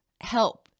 help